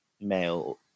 male